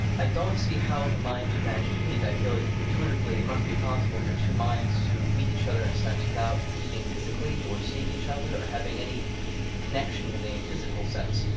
i don't see how the minds would manage to meet. i feel intuitively it must be possible for two minds to meet each other in a sense without meeting physically or seeing each other or having any connection in a physical sense.